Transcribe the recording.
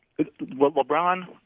LeBron